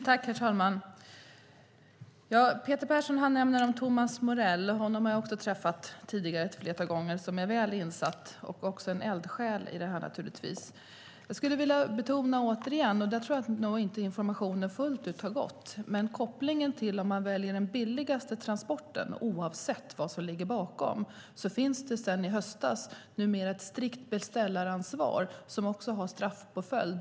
Herr talman! Peter Persson nämnde Thomas Morell. Också jag har ett flertal gånger träffat honom. Han är väl insatt i frågorna och en eldsjäl i sammanhanget. Återigen skulle jag vilja betona - jag tror att informationen inte fullt ut nått ut - kopplingen till om man väljer den billigaste transporten. Oavsett vad som ligger bakom finns det sedan i höstas ett strikt beställaransvar med straffpåföljd.